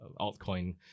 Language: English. altcoin